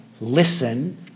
listen